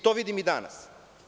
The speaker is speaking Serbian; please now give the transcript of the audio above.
To vidim i danas.